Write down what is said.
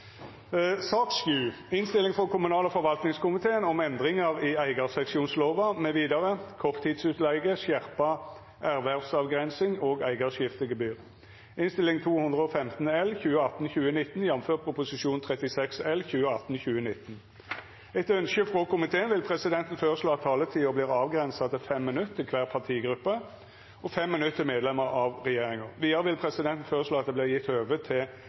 sak nr. 6. Etter ynske frå kommunal- og forvaltningskomiteen vil presidenten føreslå at taletida vert avgrensa til 5 minutt til kvar partigruppe og 5 minutt til medlemer av regjeringa. Vidare vil presidenten føreslå at det vert gjeve høve til